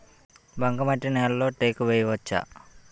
బంకమట్టి నేలలో టేకు వేయవచ్చా?